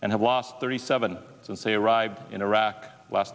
and have lost thirty seven cents a ride in iraq last